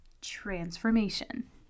transformation